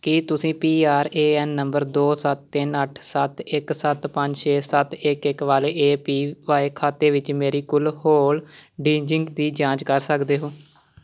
ਕੀ ਤੁਸੀਂ P R A N number ਦੋ ਸੱਤ ਤਿੰਨ ਅੱਠ ਸੱਤ ਇੱਕ ਸੱਤ ਪੰਜ ਛੇ ਸੱਤ ਇੱਕ ਇੱਕ ਵਾਲੇ ਏ ਪੀ ਵਾਏ ਖਾਤੇ ਵਿੱਚ ਮੇਰੀ ਕੁੱਲ ਹੋਲਡਿੰਗਜਿੰਗ ਦੀ ਜਾਂਚ ਕਰ ਸਕਦੇ ਹੋ